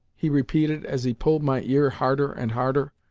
he repeated as he pulled my ear harder and harder.